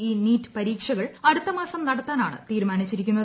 E NEET പരീക്ഷകൾ അടുത്തമാസം നടത്താനാണ് തീരുമാനിച്ചിരിക്കുന്നത്